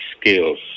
skills